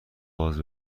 باز